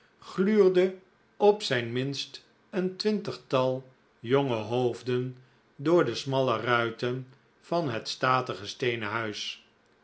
gluurden op zijn minst een twintigtal jonge hoofden door de smalle ruiten van het statige steenen huis